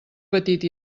petit